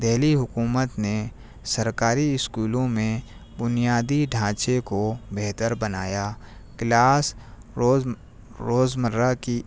دہلی حکومت نے سرکاری اسکولوں میں بنیادی ڈھانچے کو بہتر بنایا کلاس روز روز مرہ کی